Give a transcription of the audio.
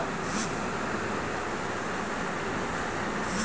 power tractor के उपयोग आज कल धान के खेती मॅ बहुत करलो जाय छै